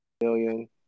million